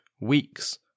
weeks